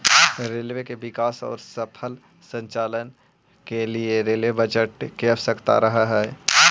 railway के विकास औउर सफल संचालन के लिए रेलवे बजट के आवश्यकता रहऽ हई